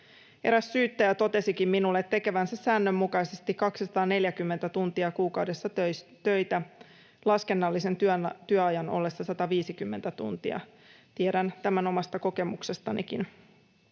Eräs syyttäjä totesikin minulle tekevänsä säännönmukaisesti 240 tuntia kuukaudessa töitä laskennallisen työajan ollessa 150 tuntia. Tiedän tämän omasta kokemuksestanikin.